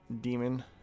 demon